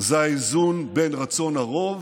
זה האיזון בין רצון הרוב